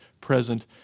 present